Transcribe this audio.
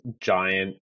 giant